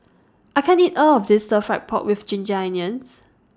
I can't eat All of This Stir Fry Pork with Ginger Onions